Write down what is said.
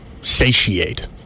satiate